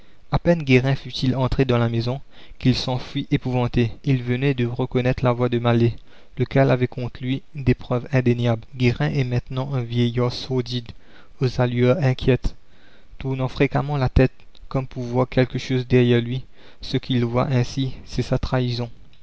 a peine guérin fut-il entré dans la maison qu'il s'enfuit épouvanté il venait de reconnaître la voix de mallet lequel avait contre lui des preuves indéniables guérin est maintenant un vieillard sordide aux allures inquiètes tournant fréquemment la tête comme pour voir quelque chose derrière lui ce qu'il voit ainsi c'est sa trahison